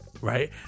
right